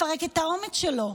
לפרק את האומץ שלהם.